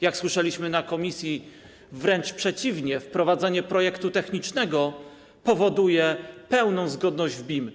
Jak słyszeliśmy na posiedzeniu komisji: wręcz przeciwnie - wprowadzenie projektu technicznego powoduje pełną zgodność w BIM.